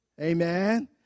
Amen